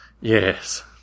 Yes